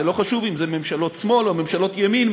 ולא חשוב אם ממשלות שמאל או ממשלות ימין,